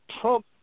Trump